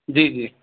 جی جی